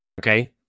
Okay